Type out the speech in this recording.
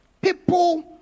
people